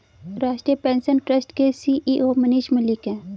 राष्ट्रीय pension trust के CEO Manish Malik है